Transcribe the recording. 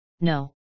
no